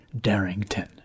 Darrington